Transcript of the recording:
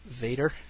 Vader